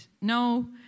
no